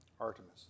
Artemis